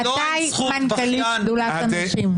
מתי זכות שדולת הנשים?